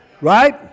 Right